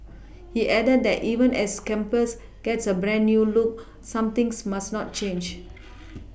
he added that even as campus gets a brand new look some things must not change